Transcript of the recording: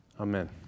Amen